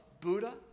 Buddha